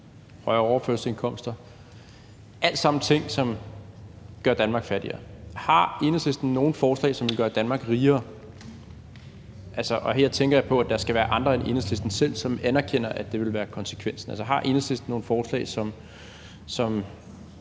højere overførselsindkomster – alt sammen ting, som gør Danmark fattigere. Har Enhedslisten nogen forslag, som vil gøre Danmark rigere? Og her tænker jeg på, at der skal være andre end Enhedslisten selv, som anerkender, at det vil være konsekvensen. Altså, har Enhedslisten nogen forslag, som